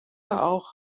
auch